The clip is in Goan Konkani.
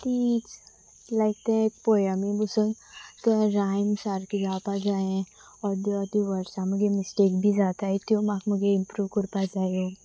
तीच लायक ते एक पोयमी बसून त्या रायम सारकें जावपा जायें ऑद्यो त्यो वर्सां मगे मिस्टेक बी जाताय त्यो म्हाका मुगे इम्प्रूव कोरपा जाय्यो